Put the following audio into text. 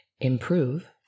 improve